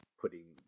putting